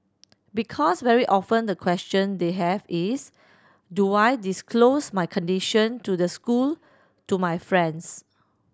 because very often the question they have is do I disclose my condition to the school to my friends